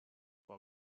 for